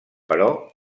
però